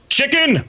Chicken